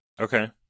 Okay